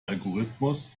algorithmus